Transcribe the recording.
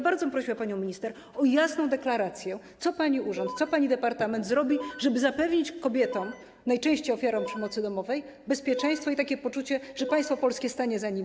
Bardzo bym prosiła panią minister o jasną deklarację, co pani urząd, co pani departament zrobi, żeby zapewnić kobietom, najczęściej ofiarom przemocy domowej, bezpieczeństwo i takie poczucie, że państwo polskie stanie za nimi.